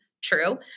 true